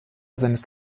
seines